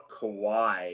Kawhi